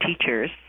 teachers